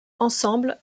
ensemble